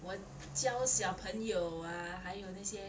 我教小朋友 ah 还有那些